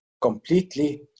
completely